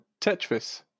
Tetris